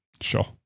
sure